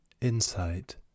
insight